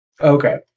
Okay